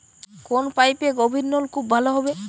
কোন পাইপে গভিরনলকুপ ভালো হবে?